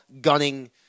gunning